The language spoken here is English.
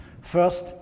First